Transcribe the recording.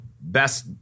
best